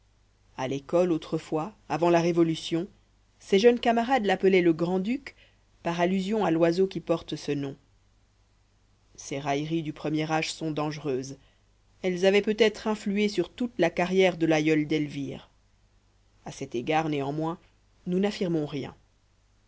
à l'école autrefois avant la révolution ses jeunes camarades l'appelaient le grand-duc par allusion à l'oiseau qui porte ce nom ces railleries du premier âge sont dangereuses elles avaient peut-être influé sur toute la carrière de l'aïeul d'elvire à cet égard néanmoins nous n'affirmons rien